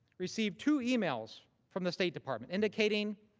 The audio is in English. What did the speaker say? received two emails from the state department indicating,